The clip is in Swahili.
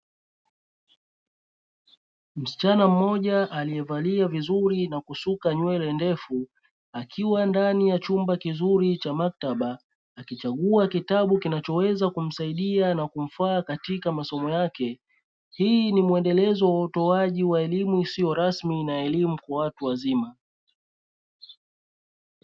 Msichana mmoja aliye valia vizuri na kusuka nywele ndefu akiwa ndani ya chumba kizuri cha maktaba akichagua kitabu kinachoweza kumsaidia na kumfaa katika masomo yake, hii ni muendelezo wa utoaji wa elimu isiyo rasmi na elimu kwa watu wazima.